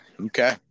okay